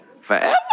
forever